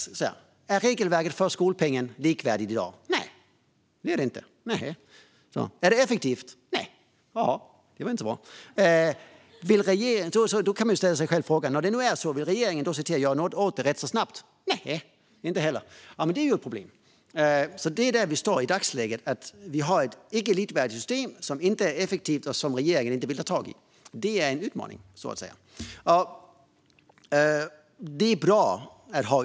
Är regelverket för skolpengen likvärdigt i dag? Nej. Är det effektivt? Nej. Det var inte bra. Då kan man fråga sig: Vill regeringen då göra något åt det rätt så snabbt? Nej. Det är ett problem. Här står vi i dagsläget. Vi har ett system som varken är likvärdigt eller effektivt och som regeringen inte vill ta tag i. Det är en utmaning.